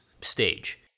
stage